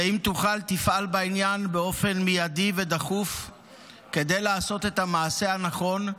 ואם תוכל תפעל בעניין באופן מיידי ודחוף כדי לעשות את המעשה הנכון,